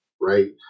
Right